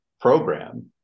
program